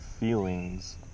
Feelings